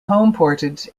homeported